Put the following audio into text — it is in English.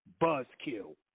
buzzkill